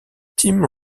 tim